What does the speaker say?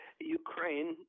Ukraine